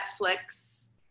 Netflix